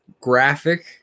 graphic